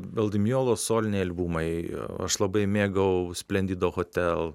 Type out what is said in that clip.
el dimeolo soliniai albumai aš labai mėgau splendido hotel